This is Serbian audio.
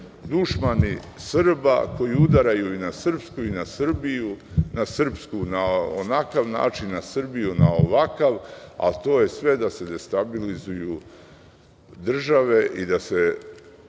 dušmani Srba koji udaraju i na srpstvo i na Srbiju, na Srpsku na onakav način, na Srbiju na ovakav, ali to je sve da se destabilizuju države i da se